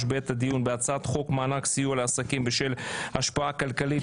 בעת הדיון בהצעת חוק מענק סיוע לעסקים בשל ההשפעה הכלכלית